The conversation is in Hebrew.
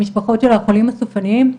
המשפחות של החולים הסופניים,